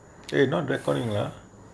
eh not recording lah